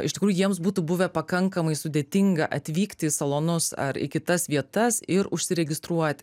iš tikrųjų jiems būtų buvę pakankamai sudėtinga atvykti į salonus ar į kitas vietas ir užsiregistruoti